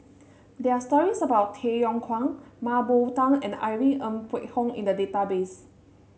there are stories about Tay Yong Kwang Mah Bow Tan and Irene Ng Phek Hoong in the database